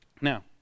Now